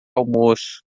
almoço